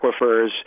aquifers